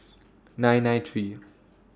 nine nine three